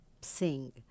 sing